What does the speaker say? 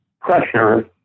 pressure